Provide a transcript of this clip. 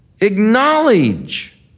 Acknowledge